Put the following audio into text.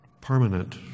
permanent